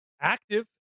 active